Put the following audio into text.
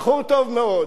בחור טוב מאוד.